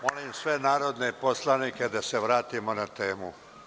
Molim sve narodne poslanike da se vratimo na temu.